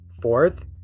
fourth